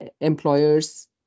employers